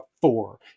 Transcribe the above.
four